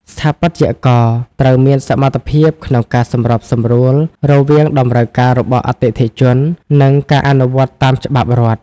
ស្ថាបត្យករត្រូវមានសមត្ថភាពក្នុងការសម្របសម្រួលរវាងតម្រូវការរបស់អតិថិជន និងការអនុវត្តតាមច្បាប់រដ្ឋ។